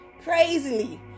crazily